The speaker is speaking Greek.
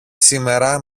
σήμερα